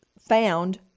found